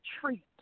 treat